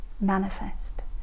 manifest